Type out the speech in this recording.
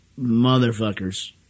motherfuckers